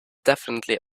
definitely